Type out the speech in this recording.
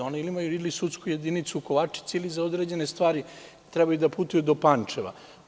Oni imaju ili sudsku jedinicu u Kovačici, ili za određene stvari trebaju da putuju do Pančeva.